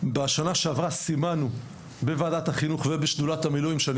בשנה שעברה סימנו בוועדת החינוך ובשדולת המילואים שאני